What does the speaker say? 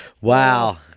Wow